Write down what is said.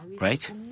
right